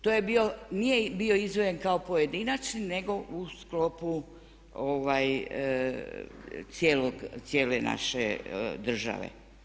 To je bio, nije bio izdvojen kao pojedinačni nego u sklopu cijele naše države.